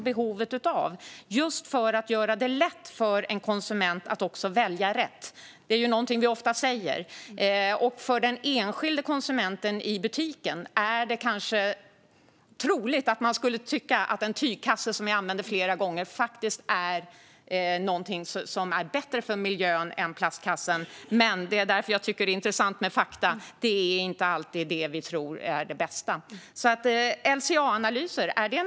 Det skulle göra det lätt för en konsument att välja rätt, vilket är något vi ofta framhåller. Det är troligt att den enskilda konsumenten i butiken tror att en tygkasse som man använder flera gånger är bättre för miljön än plastkassen. Det är därför jag tycker att fakta är så intressant: Det vi tror är det bästa är inte alltid det.